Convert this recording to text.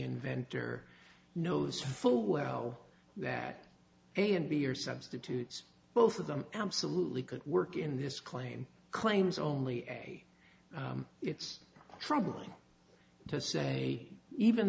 inventor knows full well that a and b are substitutes both of them absolutely could work in this claim claims only a it's troubling to say even